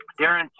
Darren